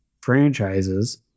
franchises